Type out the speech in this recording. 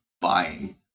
buying